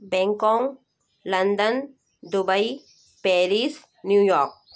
Bangkok London Dubai Paris New York